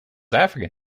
african